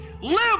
Live